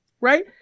Right